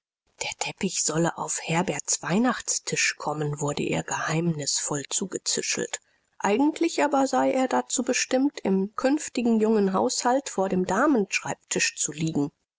der teppich solle auf herberts weihnachtstisch kommen wurde ihr geheimnisvoll zugezischelt eigentlich aber sei er dazu bestimmt im künftigen jungen haushalt vor dem damenschreibtisch zu liegen